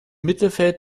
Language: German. mittelfeld